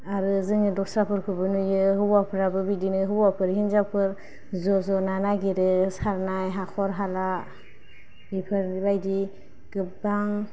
आरो जोंङो दसरा फोरखौबो नुयो हौवाफ्राबो बिदिनो हौवाफोर हिन्जावफोर ज' ज' ना नागिरो सारनाय हाखर हाला बिफोर बायदि गोबां